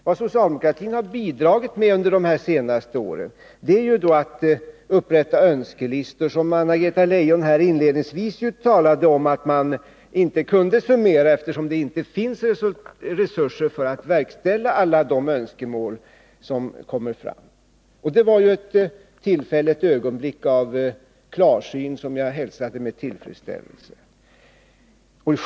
Vad socialdemokratin har bidragit med under de senaste åren är önskelistor som man, enligt vad Anna-Greta Leijon inledningsvis framhöll, inte kan summera, eftersom det inte finns resurser för att tillgodose alla de önskemål som kommer fram. Det var en slutsats som man kom till i ett tillfälligt ögonblick av klarsyn vilket jag hälsade med tillfredsställelse.